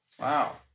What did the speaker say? Wow